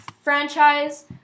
franchise